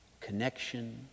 connection